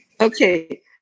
Okay